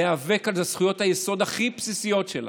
להיאבק על זה, אלו זכויות היסוד הכי בסיסיות שלה,